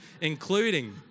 including